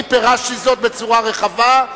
אני פירשתי זאת בצורה רחבה,